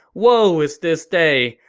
woe is this day.